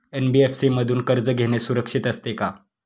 NBFC मधून कर्ज घेणे सुरक्षित असते का?